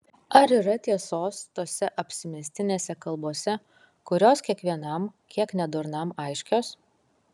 ar yra tiesos tose apsimestinėse kalbose kurios kiekvienam kiek nedurnam aiškios